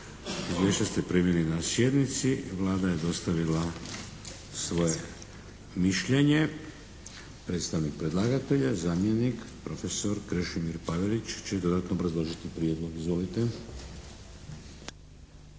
Izvješća ste primili na sjednici. Vlada je dostavila svoje mišljenje. Predstavnik predlagatelja, zamjenik, profesor Krešimir Pavelić će dodatno obrazložiti prijedlog. Izvolite.